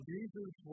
Jesus